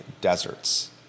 deserts